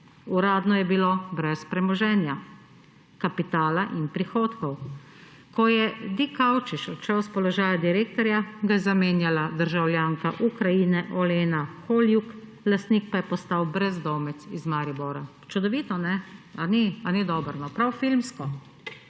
Uradno je bilo brez premoženja, kapitala in prihodkov. Ko je Dikaučič odšel s položaja direktorja, ga je zamenjala državljanka Ukrajine Olena Holiuk, lastnik pa je postal brezdomec iz Maribora. Čudovito, ne? A ni, a ni dobro, prav filmsko,